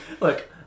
Look